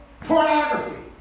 pornography